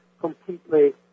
completely